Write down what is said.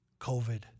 COVID